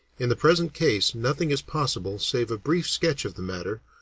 in the present case nothing is possible save a brief sketch of the matter,